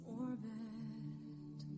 orbit